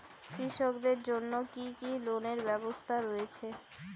কৃষকদের জন্য কি কি লোনের ব্যবস্থা রয়েছে?